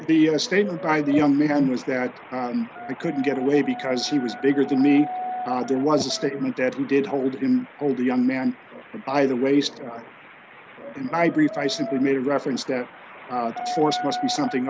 the statement by the young man was that he couldn't get away because he was bigger than me there was a statement that he did hold him hold a young man by the waist in my brief i simply made reference to force must be something